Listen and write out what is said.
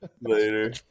Later